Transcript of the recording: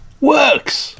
works